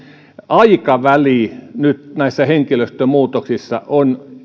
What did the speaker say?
aikaväli nyt näissä henkilöstömuutoksissa on